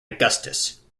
augustus